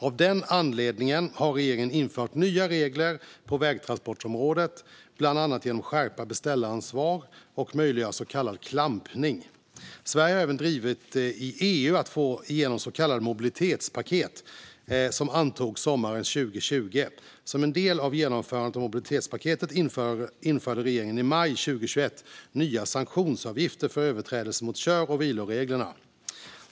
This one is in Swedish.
Av den anledningen har regeringen infört nya regler på vägtransportområdet, bland annat genom att skärpa beställaransvar och möjliggöra så kallad klampning. Sverige har även drivit på i EU för att få igenom ett så kallat mobilitetspaket, som antogs sommaren 2020. Som en del av genomförandet av mobilitetspaketet införde regeringen i maj 2021 nya sanktionsavgifter för överträdelser mot kör och vilotidsreglerna.